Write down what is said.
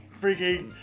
Freaky